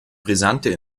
brisante